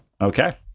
Okay